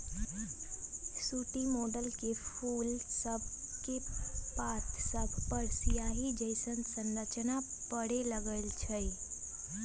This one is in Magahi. सूटी मोल्ड में फूल सभके पात सभपर सियाहि जइसन्न संरचना परै लगैए छइ